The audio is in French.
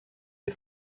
les